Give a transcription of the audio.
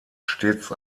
stets